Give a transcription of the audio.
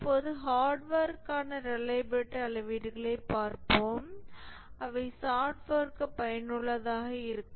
இப்போது ஹார்ட்வேர்க்கான ரிலையபிலிடி அளவீடுகளைப் பார்ப்போம் அவை சாப்ட்வேர்க்கு பயனுள்ளதாக இருக்கும்